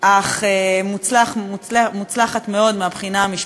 אך מוצלחת מאוד מהבחינה המשפחתית,